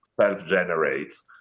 self-generates